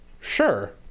Sure